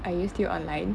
are you still online